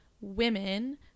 women